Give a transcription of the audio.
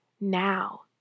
now